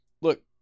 Look